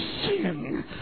sin